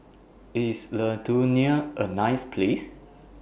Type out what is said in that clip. IS Lithuania A nice Place